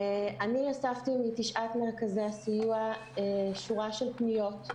אני אספתי מתשעת מרכזי הסיוע שורה של פניות,